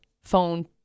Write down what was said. phone